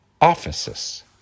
offices